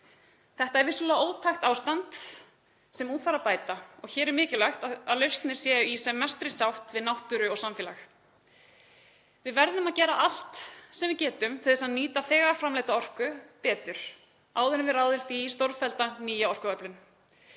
Þetta er vissulega ótækt ástand sem úr þarf að bæta og hér er mikilvægt að lausnir séu í sem mestri sátt við náttúru og samfélag. Við verðum að gera allt sem við getum til að nýta þegar framleidda orku betur áður en við ráðumst í stórfellda nýja orkuöflun.